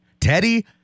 Teddy